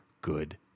good